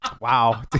wow